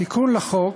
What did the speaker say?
תיקון לחוק,